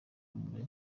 umurage